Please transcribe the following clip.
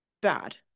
bad